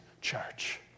church